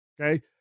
Okay